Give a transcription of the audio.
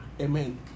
Amen